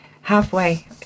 halfway